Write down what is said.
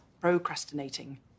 Procrastinating